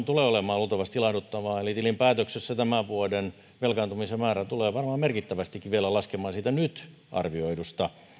tulee olemaan luultavasti ilahduttavaa eli tilinpäätöksessä tämän vuoden velkaantumisen määrä tulee varmaan merkittävästikin vielä laskemaan siitä nyt arvioidusta